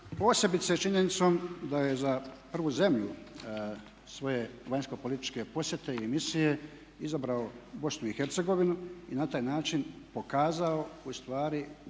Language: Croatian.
posebice činjenicom da je za prvu zemlju svoje vanjsko-političke posjete i misije izabrao Bosnu i Hercegovinu i na taj način pokazao ustvari